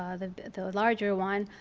ah larger one,